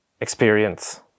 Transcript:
experience